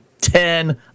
ten